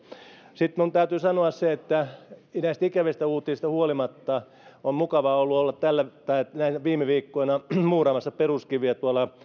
sitten minun täytyy sanoa se että näistä ikävistä uutisista huolimatta on mukavaa ollut olla viime viikkoina muuraamassa peruskiviä